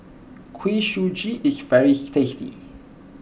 Kuih Suji is very tasty